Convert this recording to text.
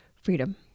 freedom